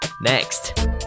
Next